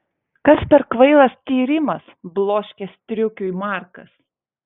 kas per kvailas tyrimas bloškė striukiui markas